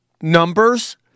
numbers